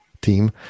team